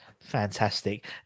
Fantastic